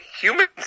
humans